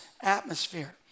atmosphere